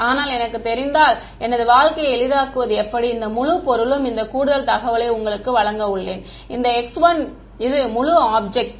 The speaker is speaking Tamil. ஆனால் எனக்குத் தெரிந்தால் எனது வாழ்க்கையை எளிதாக்குவது எப்படி இந்த முழு பொருளும் இந்த கூடுதல் தகவலை உங்களுக்கு வழங்க உள்ளேன் இந்த x1 இது முழு ஆப்ஜெக்ட் x1x2